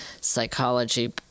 psychology